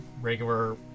regular